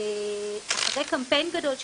אחרי קמפיין גדול שעשינו,